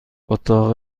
اتاق